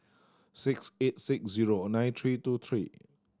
six eight six zero nine three two three